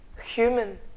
human